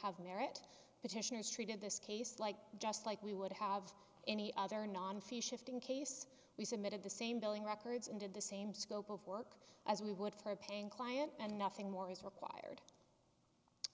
have merit petitioners treated this case like just like we would have any other non fee shifting case we submitted the same billing records and did the same scope of work as we would for paying client and nothing more is required